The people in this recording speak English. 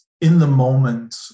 in-the-moment